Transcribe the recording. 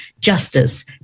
justice